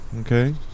Okay